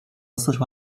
四川